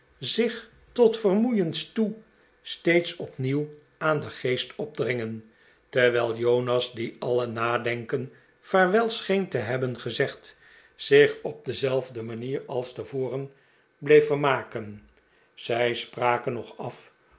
zich tot vermoeiens toe steeds opnieuw aan den geest opdringen terwijl jonas die alle nadenken vaarwel scheen te hebben gezegd zich op dezelfde manier als tevoren bleef vermaken zij spraken nog af